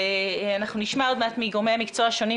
אנחנו נשמע עוד מעט מגורמי המקצוע השונים.